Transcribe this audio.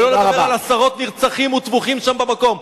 לא לדבר על עשרות נרצחים וטבוחים שם במקום,